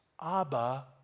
abba